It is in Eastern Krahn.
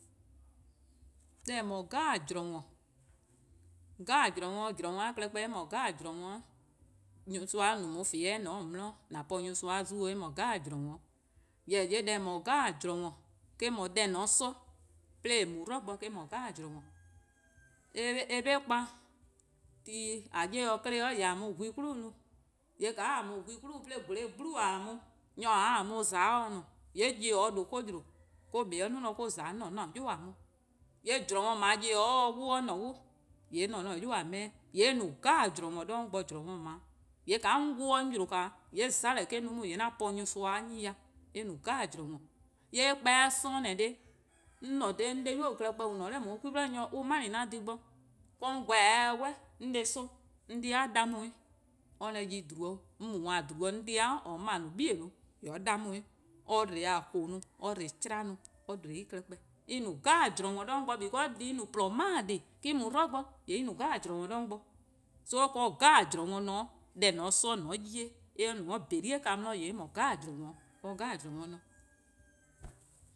Deh :eh 'dhu-a zorn :we-eh 'jeh-', zorn 'we-eh 'jeh, zorn 'we-eh-a klehkpeh eh no zorn :we-eh: 'jeh, nyorsoa no-a :febeh' :ne-a 'de :on di :an po nyorsoa-a zio' 'we-eh 'jeh 'o, jorwor: deh :eh 'dhu-a 'we-eh 'jeh-' eh-: 'dhu deh :on se-a 'sor 'de :en mu-a 'dlu bo eh-: no 'weh-eh 'jeh, eh 'be 'kpa ti :a 'ye-dih- 'kle :yee' :a mu gwehn 'zorn deh+-dih, :yee' :ka :a mu-a gwehn 'zorn 'de gwle 'gblu-dih on, nyor :or 'ye-a :za-dih or se :ne, nyor-kpalu :due or-: 'yle :or 'kpa 'o 'nior :or :za 'de 'on mor-: 'dekorn: 'an-a' 'yu-: :a on, :yee' zorn :we-eh :dao' :mor nyor-kpalu: :dao' or se 'o :ne :dee, :yee' 'on mor-: 'dekorn: 'an-a' 'yu-: :yee' :a 'meh-', :yee' eh no zorn :we-eh 'jeh 'do 'on bo zorn :we-eh :dao', :yee' :ka 'on 'wluh-a 'de 'de 'on yi-a' 'de :yee' 'mona:-a no 'on 'an po nyorsoa-a' 'nyne ya, :yee' eh no zorn 'we-eh 'jeh. Eh kpor+-a 'sororn' :ne :neheh', 'on :ne :daa :dha :daa, 'on 'de-di' :boi'-a klehkpeh :on :ne-a 'de 'kwi 'ble on 'mani: 'an dhih bo, 'an pobo-a 'suh, mor 'on se-eh 'sor, 'an 'de-di' 'da 'on 'weh, or 'da yi :dhlubor' 'o 'on mu-a, 'an 'de-di' or-: mor-: :a no-a 'bei' :yee' or 'da 'on 'weh, or dbo :koo: 'i or dbo 'chlan 'i, or dhen en klehkpeh, eh no zorn :we-eh 'jeh 'do 'an bo because deh+ :daa en no :porluh 'ma-dih-deh:+ 'do 'on bo :yee' eh no zorn :we-eh 'jeh 'do 'on bo, so 'ka zorn :we-eh 'jeh-a ne deh :on se 'sor :mor :on 'ye-eh 'de :bhoelie' 'ka 'di :yee' eh :mor zorn :we-eh 'jeh 'o, :kaa zorn :we-eh 'jeh-a ne.